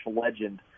legend